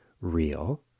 real